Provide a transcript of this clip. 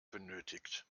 benötigt